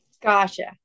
Gotcha